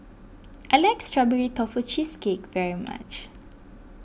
I like Strawberry Tofu Cheesecake very much